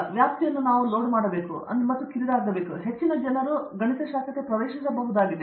ಈ ವ್ಯಾಪ್ತಿಯನ್ನು ನಾವು ಲೋಡ್ ಮಾಡಬೇಕಾಗಿದೆ ಅಥವಾ ಕಿರಿದಾಗಬೇಕು ಇದರಿಂದಾಗಿ ಅದು ಹೆಚ್ಚಿನ ಜನರಿಗೆ ಪ್ರವೇಶಿಸಬಹುದಾಗಿದೆ